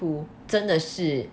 真的是